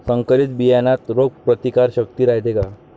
संकरित बियान्यात रोग प्रतिकारशक्ती रायते का?